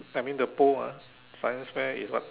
I mean the poll ah science fair is what